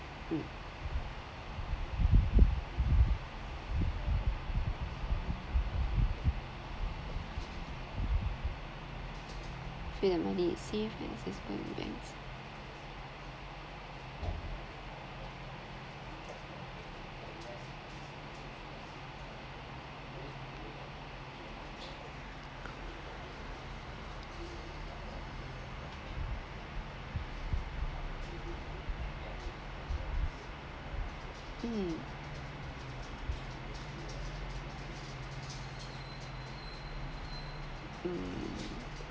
feel that money is safe and accessible in banks mm mm